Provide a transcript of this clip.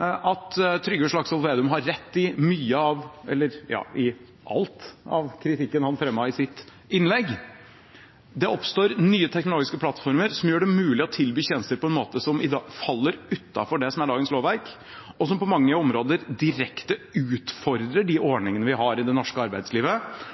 at Trygve Slagsvold Vedum har rett i mye av – ja, i all – kritikken han fremmet i sitt innlegg. Det oppstår nye teknologiske plattformer som gjør det mulig å tilby tjenester på en måte som faller utenfor det som er dagens lovverk, og som på mange områder direkte utfordrer de ordningene vi har i det norske arbeidslivet,